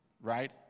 right